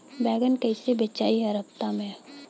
बैगन कईसे बेचाई हर हफ्ता में?